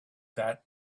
that